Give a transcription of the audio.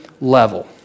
level